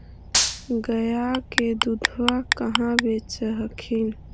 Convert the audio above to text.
गया के दूधबा कहाँ बेच हखिन?